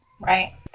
Right